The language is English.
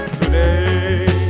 today